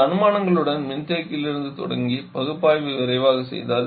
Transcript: இந்த அனுமானங்களுடன் மின்தேக்கியிலிருந்து தொடங்கி பகுப்பாய்வை விரைவாகச் செய்தால்